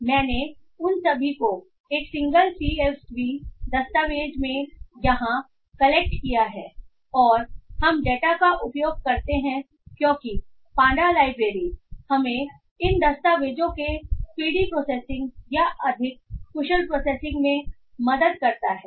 इसलिए मैंने उन सभी को एक सिंगल सीएसवी दस्तावेज़ में यहां कलेक्ट किया है और हम डेटा का उपयोग करते हैं क्योंकि पांडा लाइब्रेरी हमें इन दस्तावेजों के स्पीडी प्रोसेसिंग या अधिक कुशल प्रोसेसिंग में मदद करता है